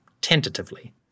tentatively